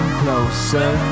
closer